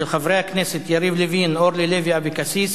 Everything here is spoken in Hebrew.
של חברי הכנסת יריב לוין ואורלי לוי אבקסיס,